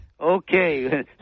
Okay